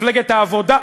מפלגת העבודה,